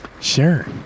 Sure